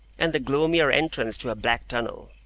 and the gloomier entrance to a black tunnel,